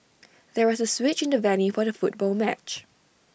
there was A switch in the venue for the football match